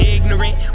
Ignorant